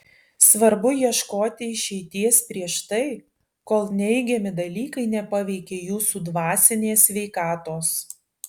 svarbu ieškoti išeities prieš tai kol neigiami dalykai nepaveikė jūsų dvasinės sveikatos